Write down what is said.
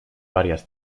varias